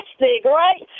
right